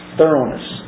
Thoroughness